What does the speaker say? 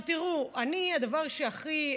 הדבר שהכי,